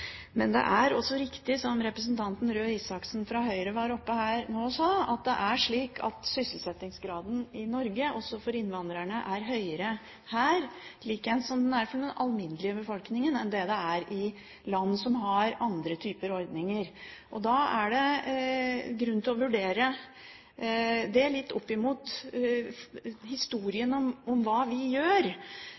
men det er også riktig, som representanten Røe Isaksen fra Høyre var oppe her og sa, at sysselsettingsgraden i Norge, også for innvandrerne, er høyere her, likeens som den er det for den alminnelige befolkningen, enn i land som har andre typer ordninger. Da er det grunn til å vurdere det litt opp mot historien, hva vi gjør